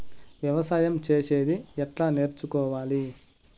వ్యవసాయం చేసేది ఎట్లా నేర్చుకోవాలి?